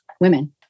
women